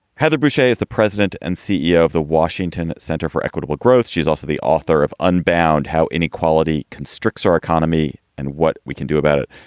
heather boushey is the president and ceo of the washington center for equitable growth. she's also the author of unbound how inequality constricts our economy and what we can do about it.